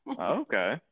okay